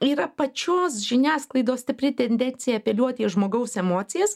yra pačios žiniasklaidos stipri tendencija apeliuoti į žmogaus emocijas